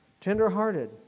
tender-hearted